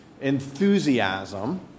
enthusiasm